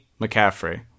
McCaffrey